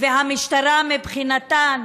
והמשטרה מבחינתן